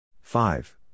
Five